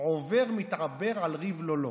עבר מתעבר על ריב לא לו".